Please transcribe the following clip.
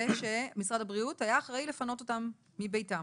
ושמשרד הבריאות היה אחראי לפנות אותם מביתם?